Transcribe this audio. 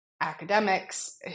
academics